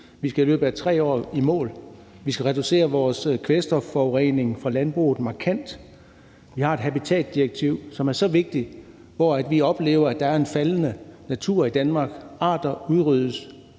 Vi skal i løbet af 3 år i mål. Vi skal reducere vores kvælstofforurening fra landbruget markant. Vi har et habitatdirektiv, som er så vigtigt, fordi der bliver mindre natur i Danmark, arter udryddes.